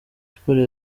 sports